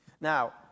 Now